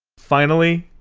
finally,